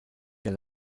der